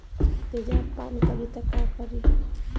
तेजाब पान करी त का करी?